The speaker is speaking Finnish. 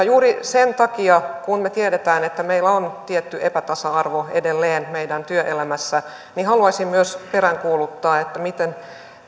juuri sen takia kun me tiedämme että meillä on tietty epätasa arvo edelleen meidän työelämässä haluaisin myös peräänkuuluttaa miten